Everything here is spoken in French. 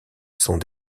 sont